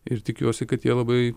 ir tikiuosi kad jie labai